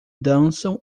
dançam